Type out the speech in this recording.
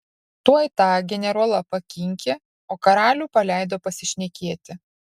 tuoj tą generolą pakinkė o karalių paleido pasišnekėti